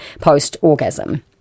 post-orgasm